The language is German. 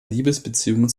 liebesbeziehung